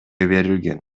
берилген